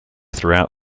throughout